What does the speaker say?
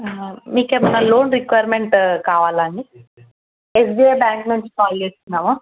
మీకు ఏమైన loan requirement కావాలా అండి ఎస్బీఐ బ్యాంకు నుంచి కాల్ చేస్తున్నాము